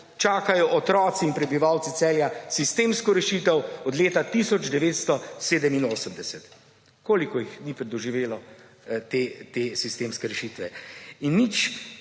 čakajo otroci in prebivalci Celja sistemsko rešitev od leta 1987. Koliko jih ni doživelo te sistemske rešitve. In nič